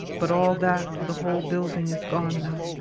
but all that, the whole building, is gone now.